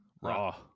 raw